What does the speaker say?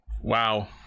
Wow